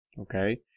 okay